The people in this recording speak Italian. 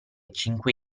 cinque